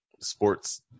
sports